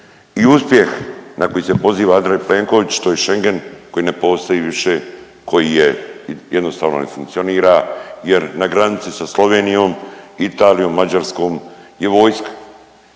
i uspjeh na koji se poziva Andrej Plenković, to je Schengen koji ne postoji više, koji je, jednostavno ne funkcionira jer na granici sa Slovenijom, Italijom i Mađarskom je vojska,